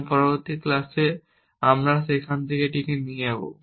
এবং পরবর্তী ক্লাসে আমরা সেখান থেকে এটি নিয়ে যাব